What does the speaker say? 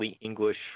English